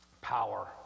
power